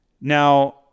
Now